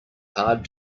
hard